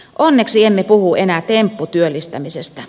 onneksi emme puhu enää tempputyöllistämisestä